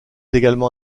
également